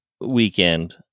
weekend